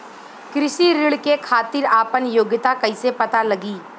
कृषि ऋण के खातिर आपन योग्यता कईसे पता लगी?